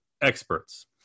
experts